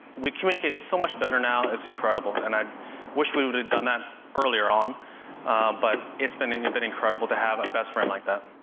we communicate so much better now, it's incredible. and i wish we would have done that earlier on but it's been and and been incredible to have a best friend like that.